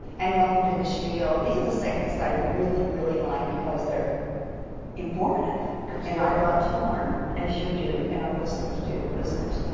and welcome to the spiel. these are the segments i really, really like. because they're informative. absolutely. um and i love to learn, as you do, and our listeners do. listeners,